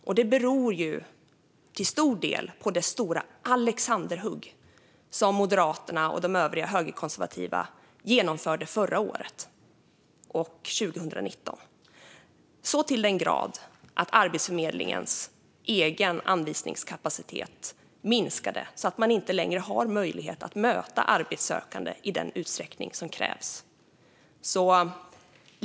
Och det beror till stor del på de stora alexanderhugg som Moderaterna och de övriga högerkonservativa genomförde förra året och 2019, så till den grad att Arbetsförmedlingens egen anvisningskapacitet minskade så att man inte längre har möjlighet att möta arbetssökande i den utsträckning som krävs.